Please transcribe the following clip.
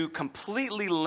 completely